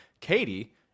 Katie